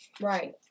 Right